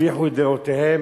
שהשביחו את דירותיהם,